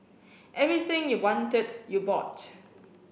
everything you wanted you bought